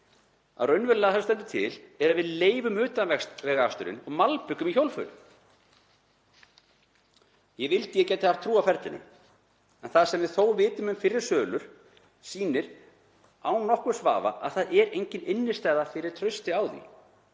að raunverulega stendur til að við leyfum utanvegaaksturinn og malbikum í hjólförin. Ég vildi að ég gæti haft trú á ferlinu. En það sem við þó vitum um fyrri sölur sýnir án nokkurs vafa að það er engin innstæða fyrir trausti á því.